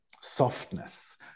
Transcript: softness